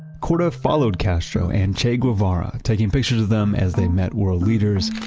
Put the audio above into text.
korda followed castro and che guevara, taking pictures of them as they met world leaders,